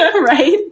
right